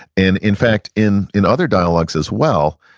and in fact, in in other dialogues as well,